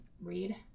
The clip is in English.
read